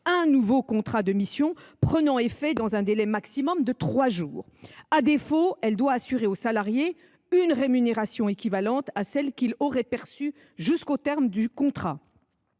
un nouveau contrat de mission prenant effet dans un délai maximum de trois jours. À défaut, elle doit assurer au salarié une rémunération équivalente à celle qu’il aurait perçue jusqu’au terme du contrat.